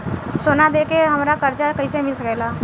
सोना दे के हमरा कर्जा कईसे मिल सकेला?